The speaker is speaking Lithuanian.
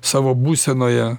savo būsenoje